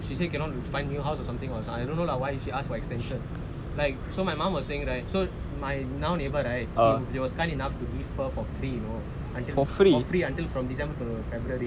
she say cannot find new house or something was I don't know lah why she ask for extension like so my mom was saying right so my now neighbour right err she she was kind enough to give her for free you know until from december to february